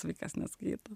vaikas neskaito